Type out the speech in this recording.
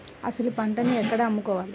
అసలు పంటను ఎక్కడ అమ్ముకోవాలి?